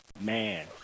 Man